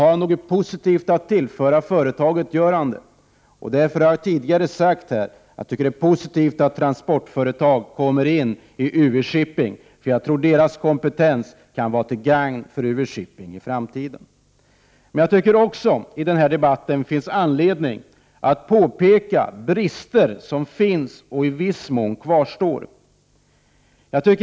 Har han något positivt att tillföra — 21 februari 1989 år R Därfö So at är glädjande tt. — tt företaget så gör han det. Därför har jag tidigare sagt att det är glädjande a Debatkobi börsinires - I TIVSShieES £ 7; tensk transportföretag Kommer in i UV. Shipping som ägare Deras kompetens kan Jokälonenävaitiin nämligen vara till gagn för UV-Shipping i framtiden. företag I den här debatten finns det också anledning att påpeka brister som i viss mån kvarstår.